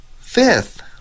Fifth